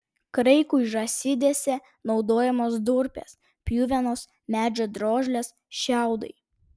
kraikui žąsidėse naudojamos durpės pjuvenos medžio drožlės šiaudai